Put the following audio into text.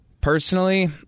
Personally